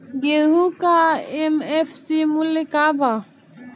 गेहू का एम.एफ.सी मूल्य का बा?